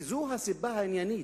זאת הסיבה העניינית.